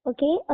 Okay